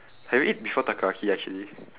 have you eat before takoyaki actually